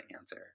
answer